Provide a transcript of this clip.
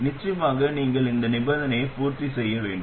நிச்சயமாக நீங்கள் இந்த நிபந்தனையை பூர்த்தி செய்ய வேண்டும்